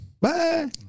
Bye